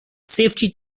safety